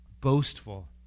boastful